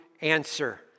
answer